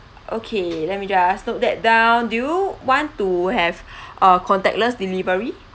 okay let me just note that down do you want to have uh contactless delivery